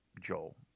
Joel